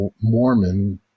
Mormon